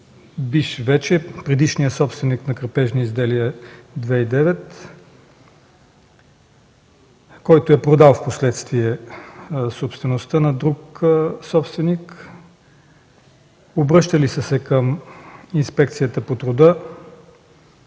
работодател, предишния собственик на „Крепежни изделия – 2009”, който е продал впоследствие собствеността на друг собственик. Обръщали са се към Инспекцията по труда,